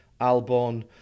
Albon